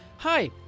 Hi